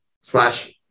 Slash